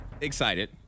excited